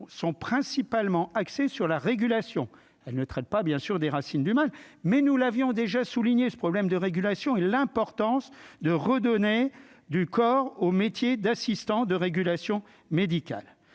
sont principalement axée sur la régulation, elle ne traite pas bien sûr des racines du mal mais nous l'avions déjà souligné ce problème de régulation et l'importance de redonner du corps au métier d'assistants de régulation médicale,